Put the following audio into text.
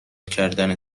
کردن